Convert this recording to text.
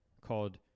called